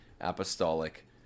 Apostolic